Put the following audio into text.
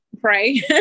Pray